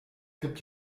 gibt